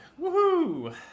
Woohoo